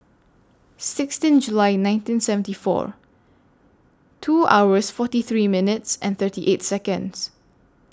sixteen July nineteen seventy four two hours forty three minutes and thirty eight Seconds